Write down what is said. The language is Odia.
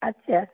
ଆଚ୍ଛା